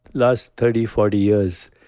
last thirty, forty years,